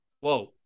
Whoa